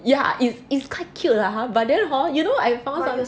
yeah if it's quite cute lah but then hor you know hor I found